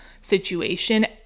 situation